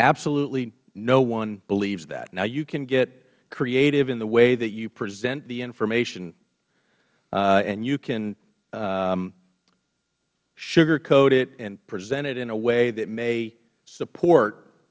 absolutely no one believes that now you can get creative in the way that you present the information and you can sugarcoat it and present it in a way that may support